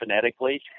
phonetically